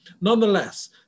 Nonetheless